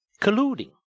colluding